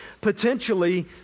potentially